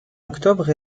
octobre